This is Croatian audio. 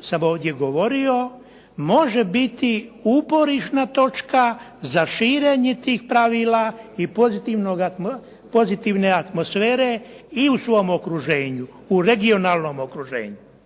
sam ovdje govorio može biti uporišna točka za širenje tih pravila i pozitivne atmosfere i u svom okruženju, u regionalnom okruženju.